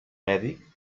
mèdic